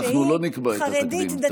אנחנו לא נקבע את התקדים,